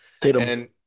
Tatum